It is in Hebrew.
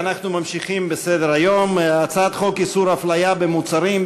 אנחנו ממשיכים בסדר-היום: הצעת חוק איסור הפליה במוצרים,